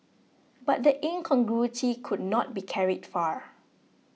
but the incongruity could not be carried far